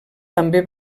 també